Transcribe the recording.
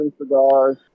Cigars